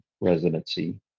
residency